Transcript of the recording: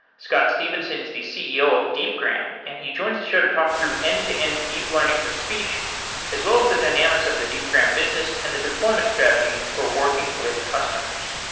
scott stephenson is the ceo of deepgram, and he joins the show to talk through end-to-end deep learning for speech as well as the dynamics of the deepgram business and the deployment strategy for working with customers.